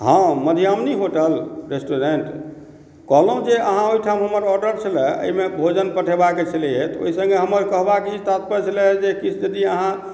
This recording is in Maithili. हँ मधुयामिनी होटल रेस्टुरेंट कहलहुॅं जे अहाँ ओहिठाम हमर ऑर्डर छलए एहिमे भोजन पठेबाक छलैया तऽ ओहि संगे हमर कहबाक ई तात्पर्य छलए जेकि यदि अहाँ